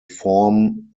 form